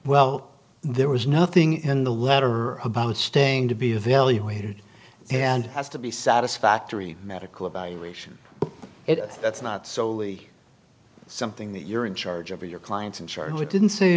well there was nothing in the letter about staying to be evaluated and has to be satisfactory medical evaluation that's not solely something that you're in charge of or your clients and charged with didn't s